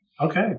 Okay